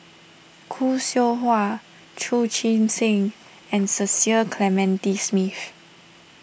Khoo Seow Hwa Chu Chee Seng and Cecil Clementi Smith